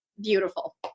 beautiful